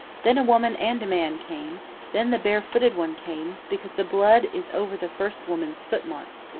then a woman and a man came then the bare-footed one came, because the blood is over the first women's footmarks.